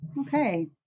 Okay